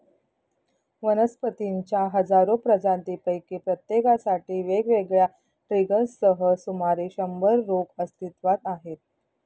वनस्पतींच्या हजारो प्रजातींपैकी प्रत्येकासाठी वेगवेगळ्या ट्रिगर्ससह सुमारे शंभर रोग अस्तित्वात आहेत